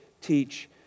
teach